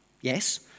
yes